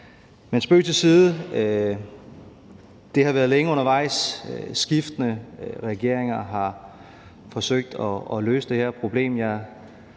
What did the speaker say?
Men spøg til side. Det har været længe undervejs, skiftende regeringer har forsøgt at løse det her problem, og jeg